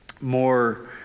more